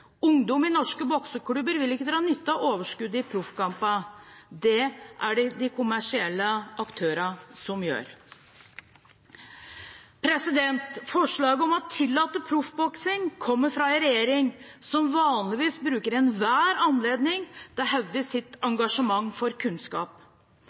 Ungdom i norske bokseklubber vil ikke dra nytte av overskuddet i proffkampene. Det er det de kommersielle aktørene som gjør. Forslaget om å tillate proffboksing kommer fra en regjering som vanligvis bruker enhver anledning til å hevde sitt